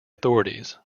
authorities